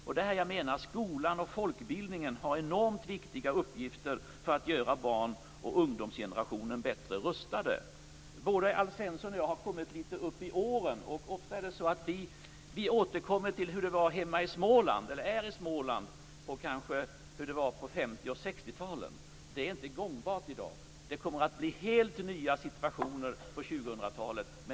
Det är där jag menar att skolan och folkbildningen har enormt viktiga uppgifter vad beträffar att göra barnoch ungdomsgenerationen bättre rustad. Både Alf Svensson och jag har kommit litet upp i åren, och vi återkommer ofta till hur det var hemma i Småland på 50 och 60-talen. Det är inte gångbart i dag. Det kommer att bli helt nya situationer på 2000 talet.